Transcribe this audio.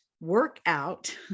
Workout